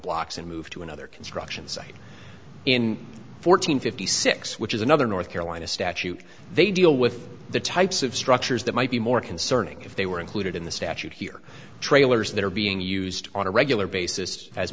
blocks and moved to another construction site in fourteen fifty six which is another north carolina statute they deal with the types of structures that might be more concerning if they were included in the statute here trailers that are being used on a regular basis as